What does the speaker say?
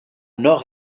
nord